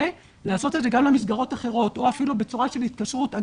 לעשות את זה גם למסגרות אחרות או אפילו בצורה של התקשרות.